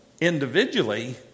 individually